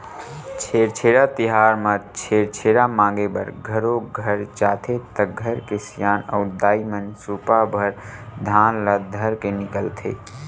छेरछेरा तिहार म छेरछेरा मांगे बर घरो घर जाथे त घर के सियान अऊ दाईमन सुपा भर धान ल धरके निकलथे